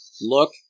look